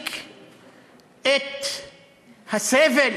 להפסיק את הסבל